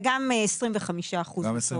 וגם 25 אחוזים.